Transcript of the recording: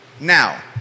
Now